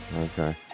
Okay